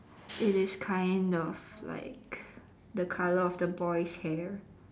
it is kind of like the colour of the boy's hair